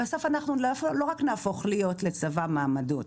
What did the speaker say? בסוף אנחנו לא רק נהפוך להיות לצבא מעמדות.